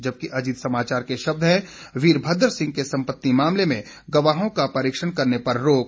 जबकि अजीत समाचार के शब्द हैं वीरभद्र सिंह के संपत्ति मामले में गवाहों का परीक्षण करने पर रोक